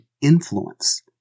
influence